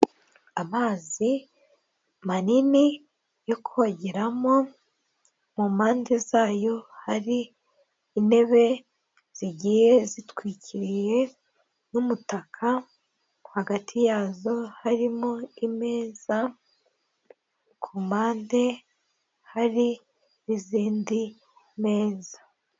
Amazi manini yo kongeramo mu mpande zayo hari intebe zigiye zitwikiriye n'umutaka, hagati yazo harimo imeza ku mpande hari n'izindi meza.